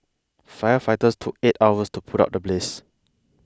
firefighters took eight hours to put out the blaze